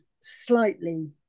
slightly